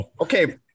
Okay